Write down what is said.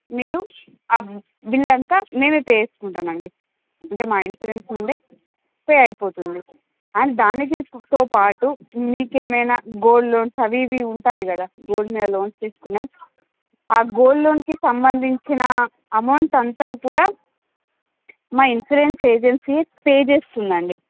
మీరు ఆ బిల్ అంతా మేము పే చేసుకుంటాం అండి అంటే మా ఇన్సూరెన్స్ నుండి పే అయిపోతుంది అండ్ దానితోపాటు మీకు ఏమైనా గోల్డ్ లోన్స్ అవి ఇవి ఉంటాయి కదా గోల్డ్ మీద లోన్స్ తీసుకున్నవి గోల్డ్ లోన్కి సంబంధించిన అమౌంట్ అంతా కూడా మా ఇన్సూరెన్స్ ఏజెన్సీ పే చేస్తుంది అండి